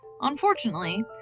Unfortunately